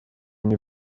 мне